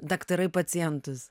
daktarai pacientus